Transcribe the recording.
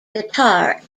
guitar